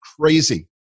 crazy